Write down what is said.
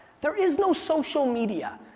there is no social media.